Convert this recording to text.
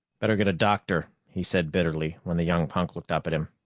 better get a doctor, he said bitterly, when the young punk looked up at him.